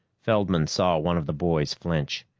feldman saw one of the boys flinch.